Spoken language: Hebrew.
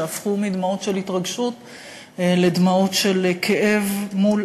שהפכו מדמעות של התרגשות לדמעות של כאב מול